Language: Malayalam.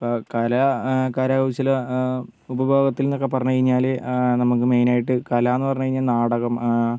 ഇപ്പം കല കരകൗശല ഉപഭോഗത്തിൽ എന്നൊക്കെ പറഞ്ഞു കഴിഞ്ഞാൽ നമുക്ക് മെയിനായിട്ട് കലാന്നു പറഞ്ഞ് കഴിഞ്ഞാൽ നാടകം